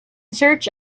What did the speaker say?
search